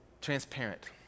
transparent